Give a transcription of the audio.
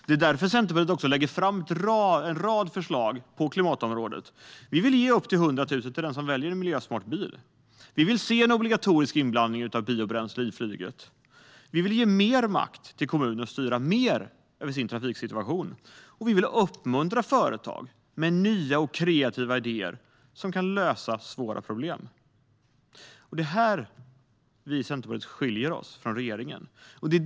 Det är därför Centerpartiet lägger fram en rad förslag på klimatområdet. Vi vill ge upp till 100 000 kronor till den som väljer en miljösmart bil. Vi vill se obligatorisk inblandning av biobränsle för flyget. Vi vill ge mer makt till kommunerna att styra över sin trafiksituation, och vi vill uppmuntra företag som kommer med nya och kreativa idéer som kan lösa svåra problem. Det är här vi i Centerpartiet skiljer oss från regeringen.